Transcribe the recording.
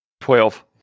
twelve